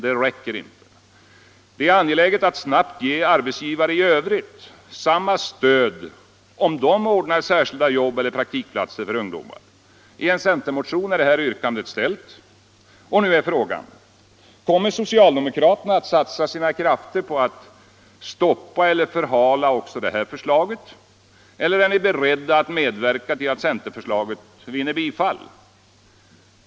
Det är angeläget att snabbt ge arbetsgivare i övrigt samma stöd om de ordnar särskilda jobb eller praktikplatser för ungdomar. I en centermotion är detta yrkande ställt. Nu är frågan: Kommer socialdemokraterna att satsa sina krafter på att stoppa eller förhala också detta förslag eller är ni beredda att medverka till att centerförslaget bifalls?